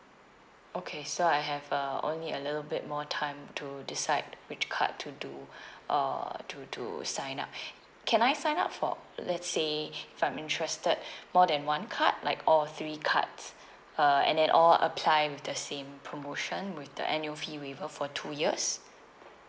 okay so I have uh only a little bit more time to decide which card to do uh to to sign up can I sign up for let's say if I'm interested more than one card like all three cards uh and then all apply with the same promotion with the annual fee waiver for two years